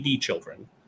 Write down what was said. children